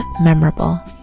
memorable